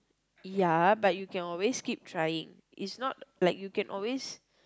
ya but you can always keep trying it's not like you can always